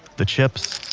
the chips,